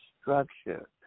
structure